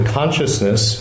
consciousness